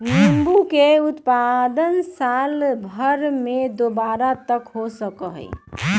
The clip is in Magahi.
नींबू के उत्पादन साल भर में दु बार तक हो सका हई